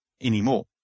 anymore